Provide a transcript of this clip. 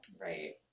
right